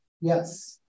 Yes